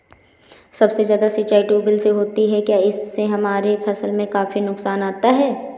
सबसे ज्यादा सिंचाई ट्यूबवेल से होती है क्या इससे हमारे फसल में काफी नुकसान आता है?